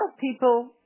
people